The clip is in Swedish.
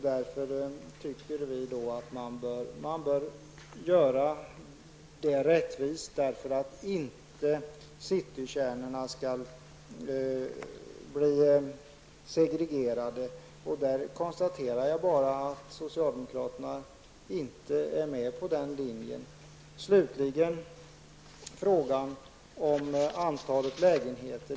Vi anser att man bör göra reglerna rättvisa, så att inte citykärnorna skall bli segregerade. I detta sammanhang kan jag bara konstatera att socialdemokraterna inte är med på den linjen. Slutligen till frågan om antalet lägenheter.